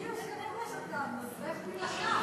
אתה נוזף בי לשווא,